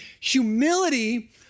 humility